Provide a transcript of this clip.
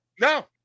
No